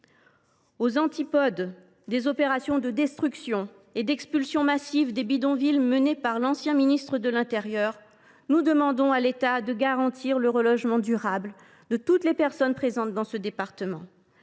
Aux antipodes des opérations de destruction des bidonvilles et d’expulsions massives menées par l’ancien ministre de l’intérieur, nous demandons à l’État de garantir le relogement durable de toutes les personnes présentes dans ce département.